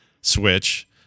Switch